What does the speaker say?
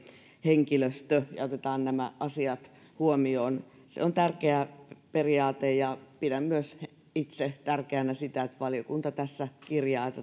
henkilöstö ja otetaan nämä asiat huomioon se on tärkeä periaate ja pidän myös itse tärkeänä sitä että valiokunta tässä kirjaa